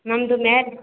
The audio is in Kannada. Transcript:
ನಮ್ಮದು ಮ್ಯಾ